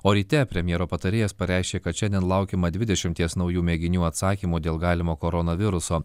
o ryte premjero patarėjas pareiškė kad šiandien laukiama dvidešimties naujų mėginių atsakymų dėl galimo koronaviruso